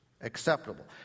Acceptable